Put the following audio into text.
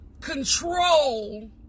control